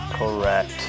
Correct